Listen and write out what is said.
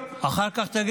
אחר כך תשאל